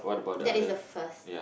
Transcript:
that is the first